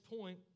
point